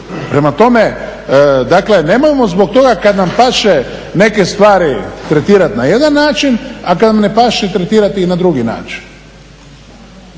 Prema tome, dakle, nemojmo zbog toga kad nam paše neke stvari tretirati na jedan način, a kad nam ne paše, tretirati ih na drugi način